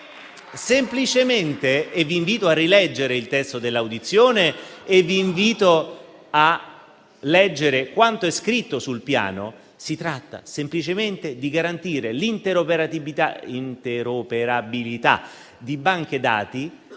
Commenti)*. Vi invito a rileggere il testo dell'audizione e a leggere quanto è scritto sul Piano: si tratta semplicemente di garantire l'interoperabilità di banche dati